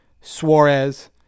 Suarez